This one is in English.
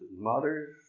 mothers